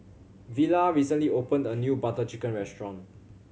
Villa recently opened a new Butter Chicken restaurant